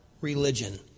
religion